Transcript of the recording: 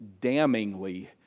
damningly